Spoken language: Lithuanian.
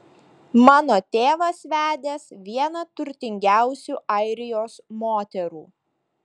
mano tėvas vedęs vieną turtingiausių airijos moterų